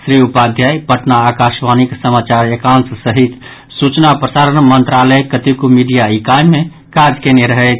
श्री उपाध्याय पटना आकाशवाणीक समाचार एकांश सहित सूचना प्रसारण मंत्रालयक कतेको मीडिया इकाई मे काज कयने रहैथ